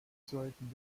sollten